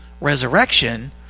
resurrection